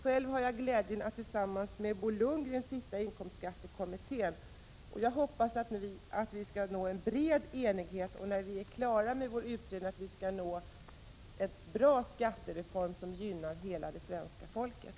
Själv har jag glädjen att tillsammans med Bo Lundgren sitta i inkomstskattekommittén. Jag hoppas att vi skall nå en bred enighet och att vi, när vi är klara med vår utredning, skall kunna genomföra en bra skattereform, som gynnar hela det svenska folket.